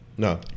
No